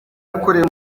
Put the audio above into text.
yakorewe